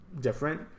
different